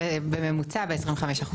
בממוצע ב-25%.